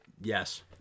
Yes